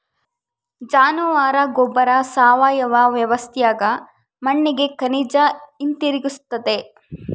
ಜಾನುವಾರ ಗೊಬ್ಬರ ಸಾವಯವ ವ್ಯವಸ್ಥ್ಯಾಗ ಮಣ್ಣಿಗೆ ಖನಿಜ ಹಿಂತಿರುಗಿಸ್ತತೆ